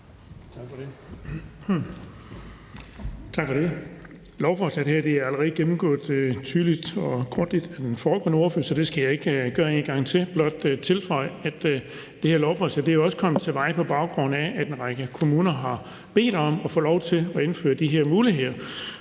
Lovforslaget her er allerede blevet gennemgået grundigt af den foregående ordfører, så det skal jeg ikke gøre en gang til, men blot tilføje, at det her lovforslag jo også er bragt til veje på baggrund af, at en række kommuner har bedt om at få lov til at indføre de her muligheder.